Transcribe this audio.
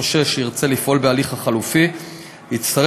נושה שירצה לפעול בהליך החלופי יצטרך